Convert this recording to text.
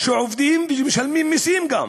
שעובדים ומשלמים מסים גם.